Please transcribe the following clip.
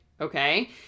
Okay